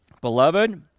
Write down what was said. Beloved